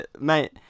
Mate